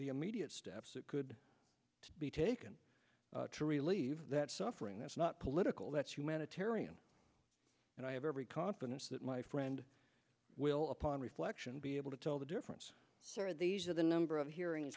the immediate steps that could be taken to relieve that suffering that's not political that's humanitarian and i have every confidence that my friend will upon reflection be able to tell the difference these are the number of hearing